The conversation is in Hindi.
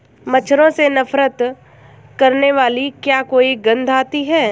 मच्छरों से नफरत करने वाली क्या कोई गंध आती है?